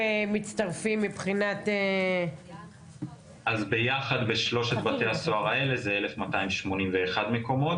2023. ביחד בשלושת בתי הסוהר האלה זה 1,281 מקומות,